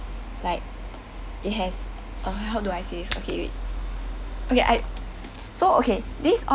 like it has uh how do I say this okay wait okay I so okay this oil